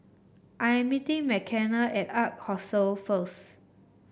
I am meeting Mckenna at Ark Hostel first